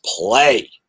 play